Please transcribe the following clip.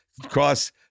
cross